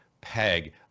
peg